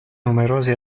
numerosi